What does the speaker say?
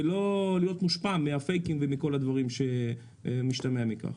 לא להיות מושפע מהפייקים ומכל הדברים שמשתמעים מכך.